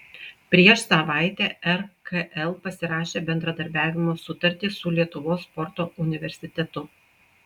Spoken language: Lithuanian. prieš savaitę rkl pasirašė bendradarbiavimo sutartį su lietuvos sporto universitetu